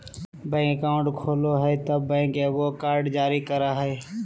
bank account खोलय हइ तब बैंक एगो कार्ड जारी करय हइ